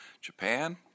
Japan